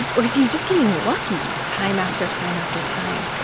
or is he just getting lucky time after time after time?